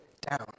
down